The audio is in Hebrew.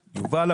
יובל,